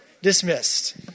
Dismissed